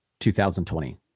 2020